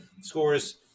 scores